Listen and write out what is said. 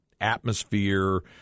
atmosphere